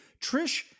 Trish